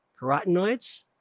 Carotenoids